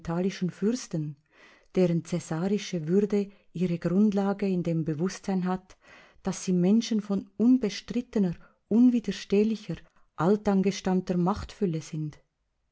fürsten deren cäsarische würde ihre grundlage in dem bewußtsein hat daß sie menschen von unbestrittener unwiderstehlicher altangestammter machtfülle sind